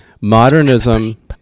Modernism